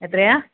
എത്രയാണ്